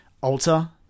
alter